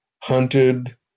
hunted